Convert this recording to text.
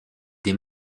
des